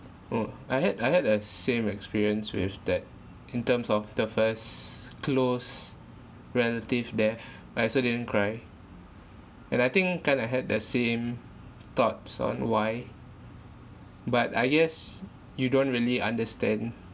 oh I had I had a same experience with that in terms of the first close relative death I also didn't cry and I think kind of had the same thoughts on why but I guess you don't really understand